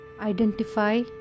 Identify